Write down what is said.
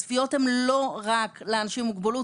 הצפיות הם לא רק לאנשים עם המוגבלות,